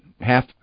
Half